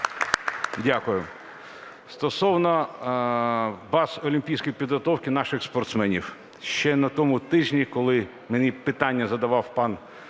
Дякую. Стосовно баз олімпійської підготовки наших спортсменів. Ще на тому тижні, коли мені питання задав пан